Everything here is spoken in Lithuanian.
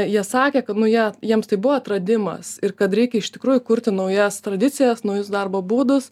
jie sakė kad nu jie jiems tai buvo atradimas ir kad reikia iš tikrųjų kurti naujas tradicijas naujus darbo būdus